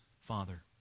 father